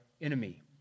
enemy